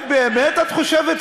כן.